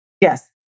Yes